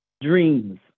Dreams